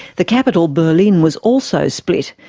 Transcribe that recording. the capital, berlin, was also split,